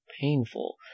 painful